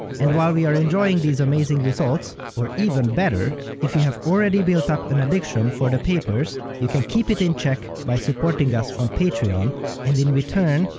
and while we are enjoying these amazing results, or even better, if you have already built up an addiction for the papers, you can keep it in check by supporting us on patreon and in return,